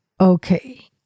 okay